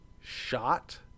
shot